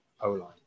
O-line